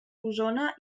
osona